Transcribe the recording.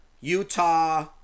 Utah